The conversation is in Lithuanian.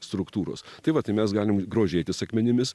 struktūros tai va tai mes galim grožėtis akmenimis